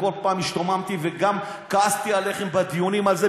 ובכל פעם השתוממתי וגם כעסתי עליכם בדיונים על זה.